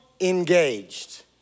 engaged